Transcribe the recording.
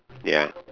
ya